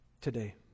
today